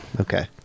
Okay